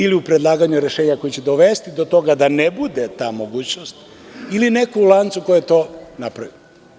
Ili u predlaganju rešenja koje će dovesti do toga da ne bude ta mogućnost, ili neko u lancu ko je to napravio.